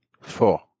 Four